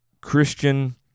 Christian